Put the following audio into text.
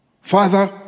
Father